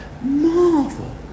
marvel